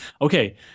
Okay